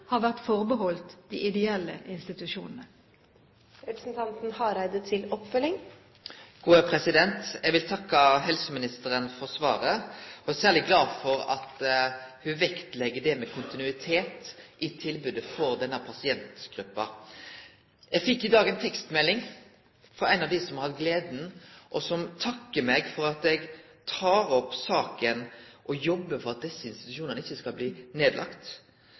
har vært forbeholdt de ideelle institusjonene. Eg vil takke helseministeren for svaret. Særleg er eg glad for at ho legg vekt på det med kontinuitet i tilbodet til denne pasientgruppa. Eg fekk i dag ei tekstmelding frå ein av dei som var glad og takka meg for at eg tek opp saka og jobbar for at desse institusjonane ikkje skal bli